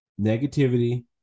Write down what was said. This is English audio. negativity